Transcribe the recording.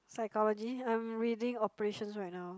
psychology I'm reading operations right now